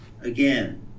again